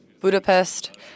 Budapest